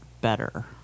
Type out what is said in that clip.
better